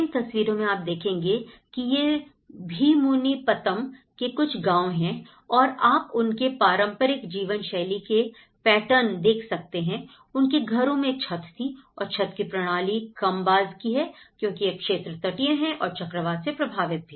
इन तस्वीरों में आप देखेंगे कि यह भीमुनिपत्तनम के कुछ गाँव हैं और आप उनके पारंपरिक जीवन शैली के पैटर्न देख सकते हैं उनके घरों में छत थी और छत की प्रणाली कम बाज की है क्योंकि यह क्षेत्र तटीय है और चक्रवात से प्रभावित भी